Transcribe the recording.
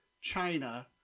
China